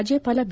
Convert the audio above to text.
ರಾಜ್ಯಪಾಲ ಬಿ